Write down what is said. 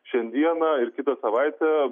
šiandieną ir kitą savaitę